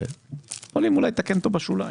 יכולים אולי לתקן את זה בשוליים,